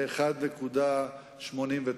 ל-1.89.